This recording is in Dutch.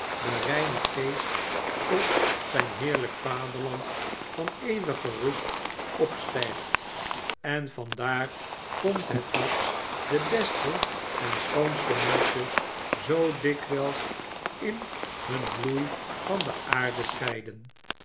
de reine geest tot zijn heerlijk vaderland van eeuwige rust opstijgt en vandaar komt het dat de beste en schoonste menschen zoo dikwijls in hun bloei van de aarde scheiden